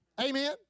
Amen